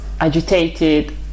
agitated